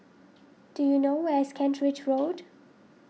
do you know where is Kent Ridge Road